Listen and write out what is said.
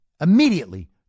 immediately